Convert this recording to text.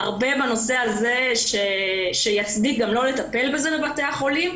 הרבה בנושא הזה שיצדיק גם לא לטפל בזה בבתי החולים.